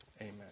amen